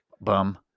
Bum